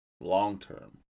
long-term